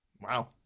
wow